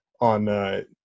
on